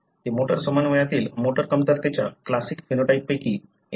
हे मोटर समन्वयातील मोटर कमतरतेच्या क्लासिक फेनोटाइपपैकी एक आहे